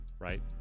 right